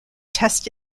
test